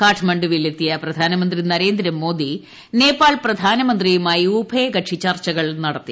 കാഠ്മണ്ഡുവിൽ എത്തിയ പ്രധാനമന്ത്രി നരേന്ദ്രമോദി നേപ്പാൾ പ്രധാനമന്ത്രിയുമായി ഉഭ്യകക്ഷി ചർച്ചകൾ നടത്തി